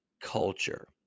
culture